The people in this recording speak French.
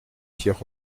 pierre